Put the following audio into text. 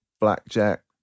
blackjack